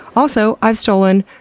also, i've stolen,